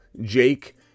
Jake